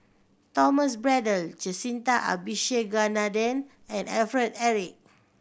Thomas Braddell Jacintha Abisheganaden and Alfred Eric